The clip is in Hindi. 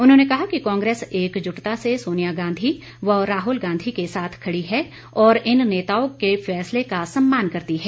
उन्होंने कहा कि कांग्रेस एकजुटता से सोनिया गांधी व राहुल गांधी के साथ खड़ी है और इन नेताओं के फैसले का सम्मान करती है